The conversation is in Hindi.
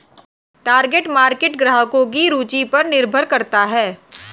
टारगेट मार्केट ग्राहकों की रूचि पर निर्भर करता है